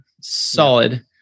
Solid